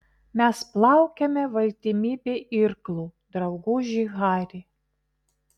mes plaukiame valtimi be irklų drauguži hari